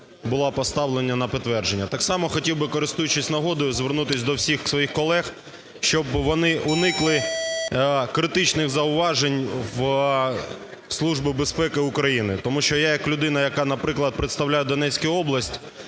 Так само хотів би, користуючись нагодою, звернутись до всіх своїх колег, щоб вони уникли критичних зауважень в Служби безпеки України, тому що я як людина, яка, наприклад, представляю Донецьку область,